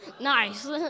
Nice